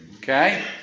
Okay